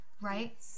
right